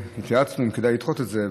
התייעצנו אם כדאי לדחות את זה,